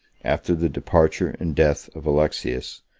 after the departure and death of alexius,